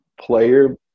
player